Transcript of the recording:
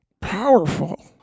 powerful